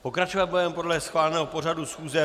Pokračovat budeme podle schváleného pořadu schůze...